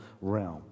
realm